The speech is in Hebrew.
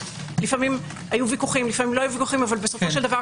לפעמים היו ויכוחים ולפעמים לא היו ויכוחים אבל בסופו של דבר,